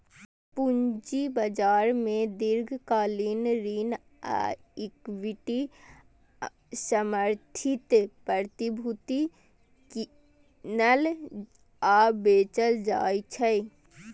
पूंजी बाजार मे दीर्घकालिक ऋण आ इक्विटी समर्थित प्रतिभूति कीनल आ बेचल जाइ छै